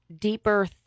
deeper